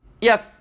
Yes